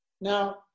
Now